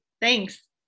thanks